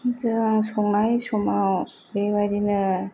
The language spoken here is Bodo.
जों संनाय समाव बेबादिनो